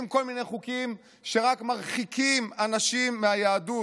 כל מיני חוקים שרק מרחיקים אנשים מהיהדות,